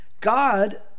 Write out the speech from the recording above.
God